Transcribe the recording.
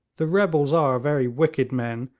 the rebels are very wicked men,